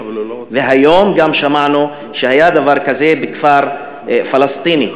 וגם היום שמענו שהיה דבר כזה בכפר פלסטיני.